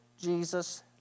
Jesus